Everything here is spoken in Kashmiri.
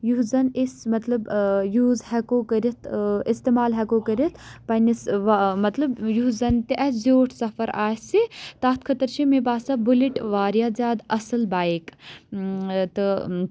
یُس زَن أسۍ مطلب ٲں یوٗز ہیٚکو کٔرِتھ ٲں استعمال ہیٚکو کٔرِتھ پَننِس مطلب یُس زَن تہِ اسہِ زیوٗٹھ سَفر آسہِ تَتھ خٲطرٕ چھِ مےٚ باسان بُلیٚٹ واریاہ زیادٕ اصٕل بایِک تہٕ